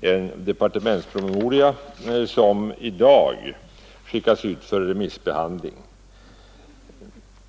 en departementspromemoria som i dag skickats ut för remissbehandling.